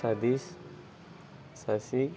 Satish Sasi